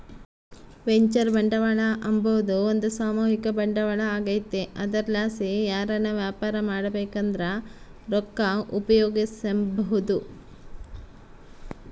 venture ಬಂಡವಾಳ ಅಂಬಾದು ಒಂದು ಸಾಮೂಹಿಕ ಬಂಡವಾಳ ಆಗೆತೆ ಅದರ್ಲಾಸಿ ಯಾರನ ವ್ಯಾಪಾರ ಮಾಡ್ಬಕಂದ್ರ ರೊಕ್ಕ ಉಪಯೋಗಿಸೆಂಬಹುದು